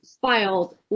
filed